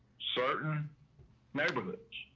certain neighborhoods